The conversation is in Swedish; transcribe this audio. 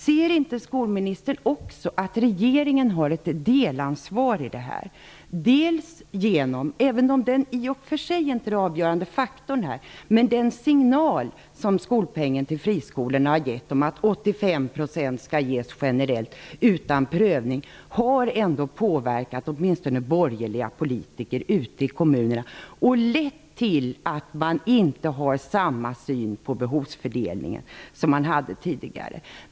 Ser inte skolministern också att regeringen har ett delansvar i detta genom den signal som skolpengen till friskolorna har gett -- även om den inte är den avgörande faktorn -- om att 85 % skall ges generellt och utan prövning och som ändå har påverkat åtminstone borgerliga politiker i kommunerna och lett till att synen på behovsfördelningen inte är densamma som tidigare?